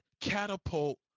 catapult